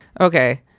Okay